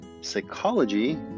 Psychology